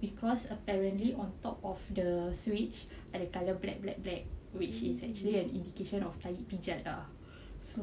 because apparently on top of the switch ada colour black black black which is actually an indication of tahi pijat ah so